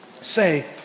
say